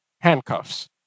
handcuffs